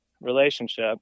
relationship